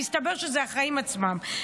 מסתבר שאלה החיים עצמם.